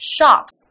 shops